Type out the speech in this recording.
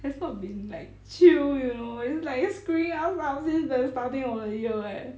has not been like chill you know is like screwing us up since the starting of the year eh